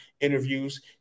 interviews